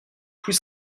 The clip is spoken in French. plus